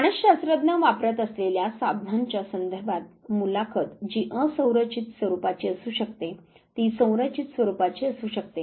मानसशास्त्रज्ञ वापरत असलेल्या साधनांच्या संदर्भात मुलाखत जी असंरचित स्वरूपाची असू शकते ती संरचित स्वरूपाची असू शकते